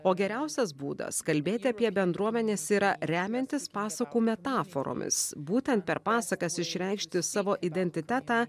o geriausias būdas kalbėti apie bendruomenes yra remiantis pasakų metaforomis būtent per pasakas išreikšti savo identitetą